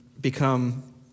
become